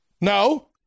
No